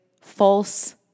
false